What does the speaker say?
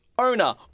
owner